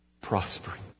prospering